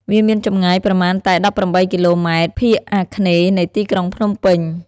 វាមានចម្ងាយប្រមាណតែ ១៨ គីឡូម៉ែត្រ ភាគអាគ្នេយ៍នៃទីក្រុងភ្នំពេញ។